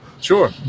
sure